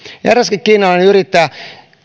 eräskin kiinalainen yrittäjä